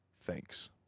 Thanks